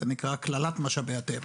זה נקרא "קללת משאבי הטבע"